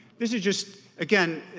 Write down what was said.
this is just, again,